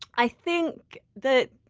i think that